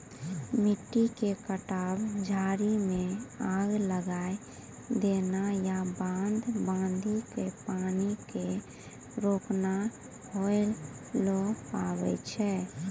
मिट्टी के कटाव, झाड़ी मॅ आग लगाय देना या बांध बांधी कॅ पानी क रोकना होय ल पारै छो